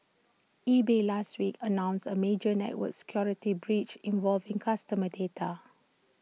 eBay last week announced A major network security breach involving customer data